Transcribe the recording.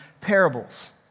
parables